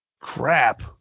crap